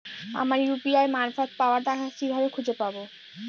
আমার ইউ.পি.আই মারফত পাওয়া টাকা কিভাবে খুঁজে পাব?